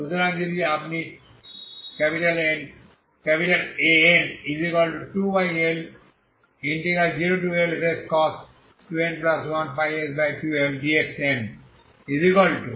সুতরাং যখন আপনি এটি An2L0Lfcos 2n1πx2L dxn0123